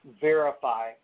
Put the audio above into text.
verify